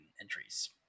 entries